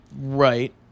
Right